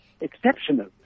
exceptional